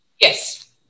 Yes